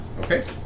Okay